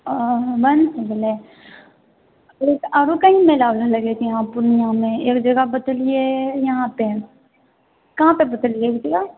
ओ बन्द भऽ गेलै ओ आरो कहीं मेला उला लगै छै यहाँ पूर्णियामे एक जगह बतेलियै यहाँ पे कहाँपर बतेलियै जगह